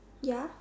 ya